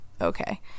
okay